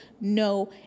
no